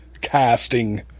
casting